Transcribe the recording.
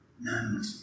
None